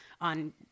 on